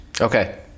Okay